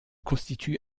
constitue